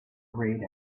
read